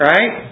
Right